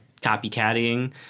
copycatting